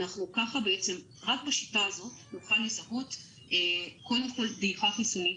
קודם כל רק בשיטה הזאת נוכל לזהות דעיכה חיסונית.